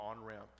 on-ramp